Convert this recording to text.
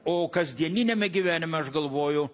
o kasdieniniame gyvenime aš galvoju